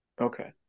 Okay